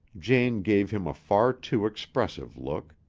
jane gave him a far too expressive look.